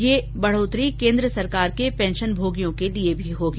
यह बढोतरी केन्द्र सरकार के पेंशनभोगियों के लिए भी लागू होगी